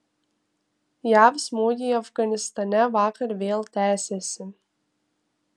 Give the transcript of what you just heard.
jav smūgiai afganistane vakar vėl tęsėsi